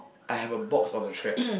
I have a box of the track